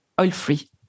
oil-free